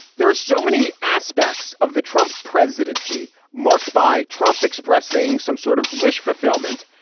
there are so many aspects of the trump presidency marked by trump expressing some sort of wish fulfillment,